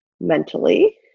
mentally